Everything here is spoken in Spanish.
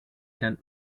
eran